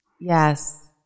Yes